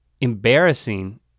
embarrassing